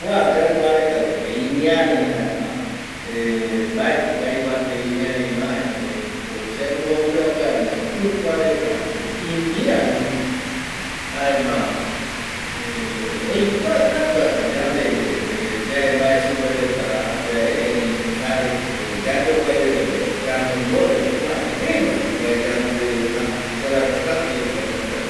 Kua yaimba reta yepe imiari jaema mbaeti ko aikua tei imiari va erei ko semopiakañi atu, kua reta atu imiari jaema oikua katu atu yande yae mbae supe reta va yae erei jareko yayokuai reta yae yande mbori atu, jare gueru atu mbae yande reta yarakua katu jeiva kua yaimba reta